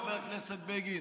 חבר הכנסת בגין,